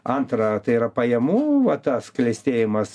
antra tai yra pajamų va tas klestėjimas